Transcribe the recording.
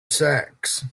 sax